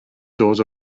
dod